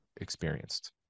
experienced